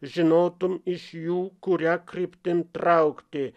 žinotum iš jų kuria kryptimi traukti